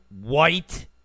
white